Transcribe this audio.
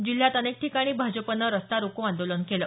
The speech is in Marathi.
जिल्ह्यात अनेक ठिकाणी भाजपनं रास्तारोको आंदोलन केलं